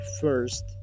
first